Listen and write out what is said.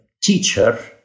teacher